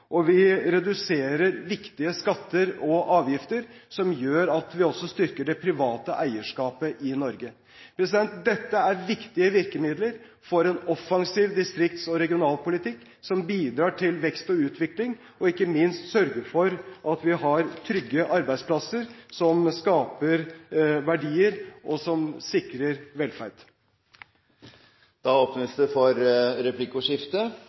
og vi reduserer viktige skatter og avgifter som gjør at vi også styrker det private eierskapet i Norge. Dette er viktige virkemidler for en offensiv distrikts- og regionalpolitikk, som bidrar til vekst og utvikling, og som ikke minst sørger for at vi har trygge arbeidsplasser som skaper verdier, og som sikrer velferd. Det blir replikkordskifte.